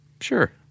Sure